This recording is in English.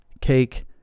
cake